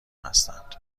هستند